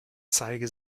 zeige